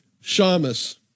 shamus